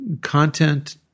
content